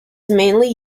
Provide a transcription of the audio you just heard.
mainly